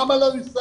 למה לא יושם,